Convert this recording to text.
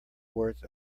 worth